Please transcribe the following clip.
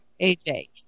AJ